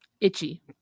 Itchy